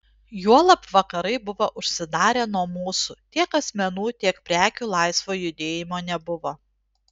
juolab vakarai buvo užsidarę nuo mūsų tiek asmenų tiek prekių laisvo judėjimo nebuvo